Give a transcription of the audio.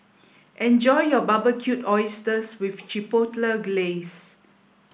enjoy your Barbecued Oysters with Chipotle Glaze